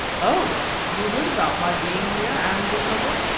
oh! you heard about my being here and the trouble?